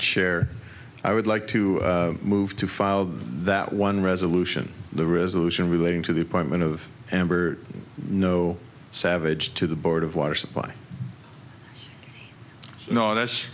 chair i would like to move to file that one resolution the resolution relating to the point of amber no savage to the board of water supply no this